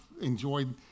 enjoyed